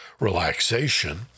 Relaxation